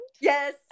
Yes